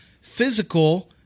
physical